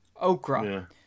okra